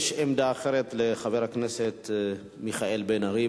יש עמדה אחרת לחבר הכנסת מיכאל בן-ארי,